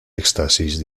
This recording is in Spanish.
éxtasis